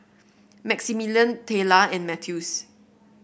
Maximillian Tayla and Mathews